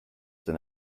than